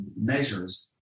measures